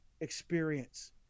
experience